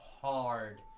hard